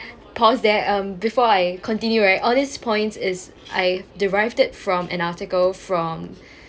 pause there um before I continue right all these points is I derived it from an article from